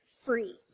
free